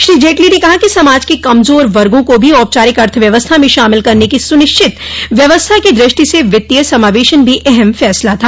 श्री जेटली ने कहा कि समाज के कमजोर वर्गों को भी औपचारिक अर्थव्यवस्था में शामिल करने की सूनिश्चित व्यवस्था की दृष्टि से वित्तीय समावेशन भी अहम फैसला था